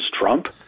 Trump